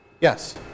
Yes